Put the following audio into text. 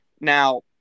Now